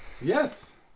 Yes